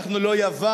אנחנו לא יוון,